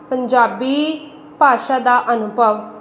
ਪੰਜਾਬੀ ਭਾਸ਼ਾ ਦਾ ਅਨੁਭਵ